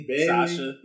Sasha